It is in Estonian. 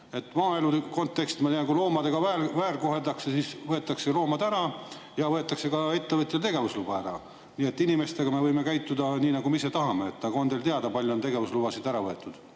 Maaelu konteksti ma tean: kui loomi väärkoheldakse, siis võetakse loomad ära ja võetakse ka ettevõtja tegevusluba ära. [Selgub,] et inimestega me võime käituda nii, nagu me ise tahame. Aga on teile teada, kui palju on tegevuslubasid ära võetud?